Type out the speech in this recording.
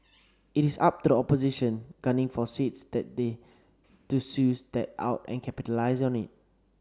it is up to the opposition gunning for seats that they to sues that out and capitalise on it